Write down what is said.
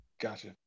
gotcha